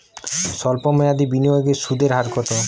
সল্প মেয়াদি বিনিয়োগে সুদের হার কত?